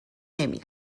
نمی